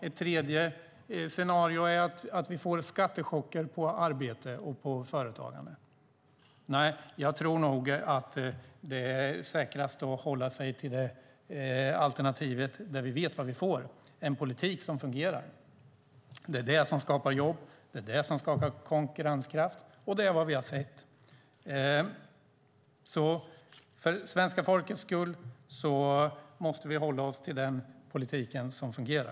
Ett tredje scenario är att vi får skattechocker på arbete och på företagande. Nej, jag tror nog att det är säkrast att hålla sig till det alternativ där vi vet vad vi får: en politik som fungerar. Det är det som skapar jobb, det är det som skapar konkurrenskraft och det är det vi har sett. För svenska folkets skull måste vi hålla oss till den politik som fungerar.